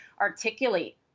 articulate